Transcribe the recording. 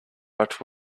but